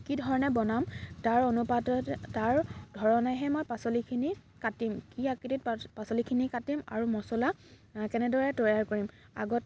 কিধৰণে বনাম তাৰ অনুপাতত তাৰ ধৰণেহে মই পাছলিখিনি কাটিম কি আকৃতিত পাচ পাচলিখিনি কাটিম আৰু মচলা কেনেদৰে তৈয়াৰ কৰিম আগত